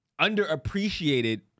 underappreciated